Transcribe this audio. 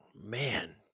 Man